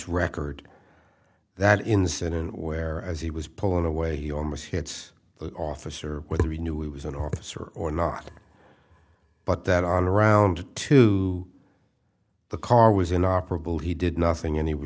record that incident where as he was pulling away he almost hits the officer whether he knew he was an officer or not but that on around two the car was inoperable he did nothing and he was